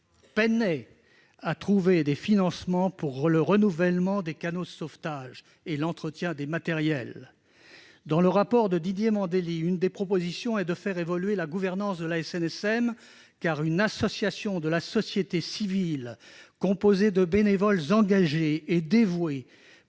peine à trouver des financements pour le renouvellement des canots de sauvetage et l'entretien des matériels. Une des propositions du rapport de Didier Mandelli consiste à faire évoluer la gouvernance de la SNSM. De fait, une association de la société civile composée de bénévoles engagés et dévoués,